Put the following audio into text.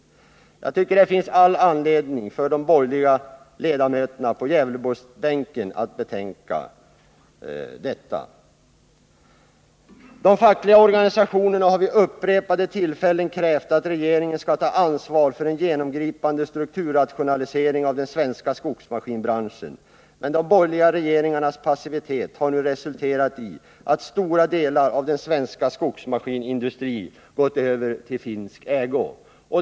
Det finns, tycker jag, all anledning för de borgerliga ledamöterna på Gävleborgsbänken att betänka detta. De fackliga organisationerna har vid upprepade tillfällen krävt att regeringen skall ta ansvar för en genomgripande strukturrationalisering avseende den svenska skogsmaskinbranschen. Men de borgerliga regeringarnas passivitet har nu resulterat i att stora delar av den svenska skogsmaskinindustrin har gått över i finsk ägo.